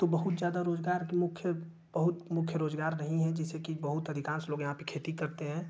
तो बहुत ज़्यादा रोज़गार के मुख्य बहुत मुख्य रोज़गार नही हैं जैसे कि बहुत अधिकांश लोग यहाँ पर खेती करते हैं